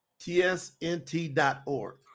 tsnt.org